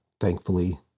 thankfully